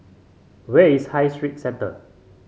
where is High Street Centre